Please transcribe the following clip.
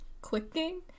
clicking